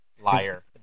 Liar